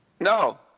No